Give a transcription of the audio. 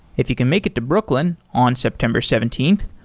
if you can make it to brooklyn on september seventeenth,